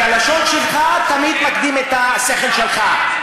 הלשון שלך תמיד מקדימה את השכל שלך.